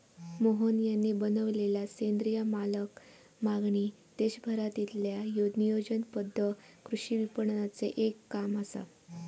मोहन यांनी बनवलेलला सेंद्रिय मालाक मागणी देशभरातील्या नियोजनबद्ध कृषी विपणनाचे एक काम असा